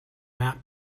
map